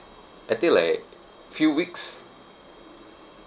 I think like few weeks